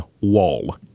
wall